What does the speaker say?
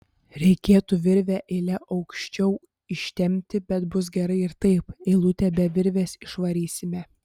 reikėtų virvę eile aukščiau ištempti bet bus gerai ir taip eilutę be virvės išvarysime